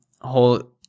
whole